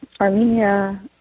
Armenia